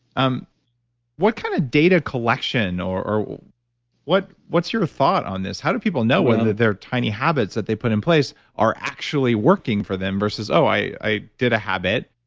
um what kind of data collection or what's your thought on this? how do people know whether their tiny habits that they put in place are actually working for them versus, oh i did a habit.